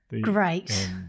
Great